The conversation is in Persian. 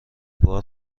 بار